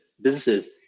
businesses